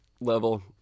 level